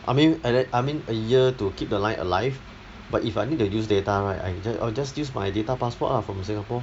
I mean at that I mean a year to keep the line alive but if I need to use data right I just orh just use my data passport lah from singapore